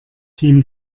team